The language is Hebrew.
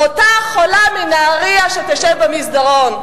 אותה חולה בנהרייה שתשב במסדרון.